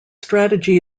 strategy